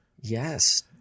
Yes